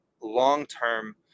long-term